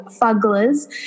Fugglers